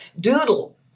doodle